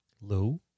Lou